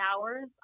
hours